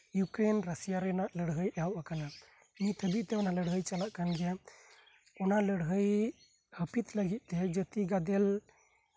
Ukraine Russia ᱨᱮᱭᱟᱜ ᱞᱟᱹᱲᱦᱟᱹᱭ ᱮᱦᱚᱵ ᱟᱠᱟᱱᱟ ᱱᱤᱛ ᱦᱟᱵᱤᱡ ᱛᱮ ᱚᱱᱟ ᱞᱟᱹᱲᱦᱟᱹᱭ ᱪᱟᱞᱟᱜ ᱠᱟᱱ ᱜᱮᱭᱟ ᱚᱱᱟ ᱞᱟᱹᱲᱦᱟᱹᱭ ᱦᱟᱯᱤᱫ ᱞᱟᱹᱜᱤᱫ ᱛᱮ ᱡᱟᱛᱤ ᱜᱟᱫᱮᱞ